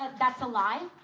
ah that's a lie.